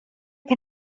can